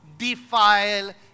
defile